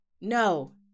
no